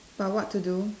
but what to do